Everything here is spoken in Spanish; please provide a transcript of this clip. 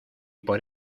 por